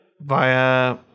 via